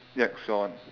next your one